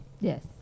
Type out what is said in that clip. Yes